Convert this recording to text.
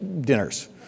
dinners